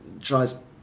tries